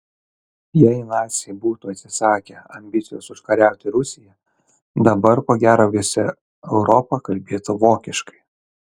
jei naciai būtų atsisakę ambicijos užkariauti rusiją dabar ko gero visa europa kalbėtų vokiškai